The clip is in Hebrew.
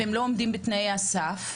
והם לא עומדים בתנאי הסף,